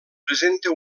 presenta